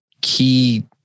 key